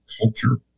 culture